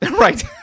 Right